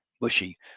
Bushy